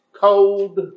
cold